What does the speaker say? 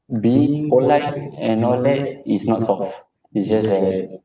being polite and all that is not soft it's just that